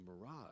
mirage